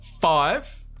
five